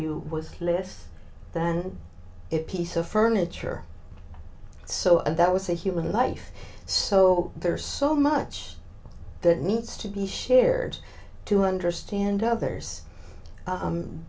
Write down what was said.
you was less than it piece of furniture so that was a human life so there's so much that needs to be shared to understand others